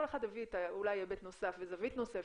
כל אחד הביא אולי היבט נוסף וזווית נוספת,